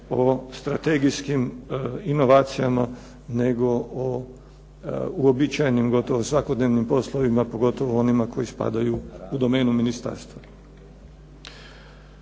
o strategijskim inovacijama nego o uobičajenim gotovo svakodnevnim poslovima pogotovo onima koji spadaju u domenu ministarstva.